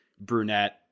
brunette